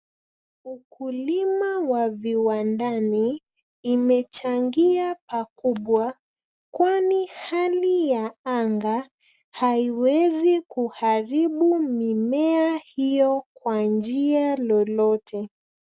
Ukulima wa viwandani imechangia pakubwa kwani hali ya anga haiwezi kuharibu mimea hiyo kwa njia lolote.